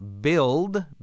build